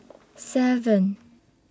seven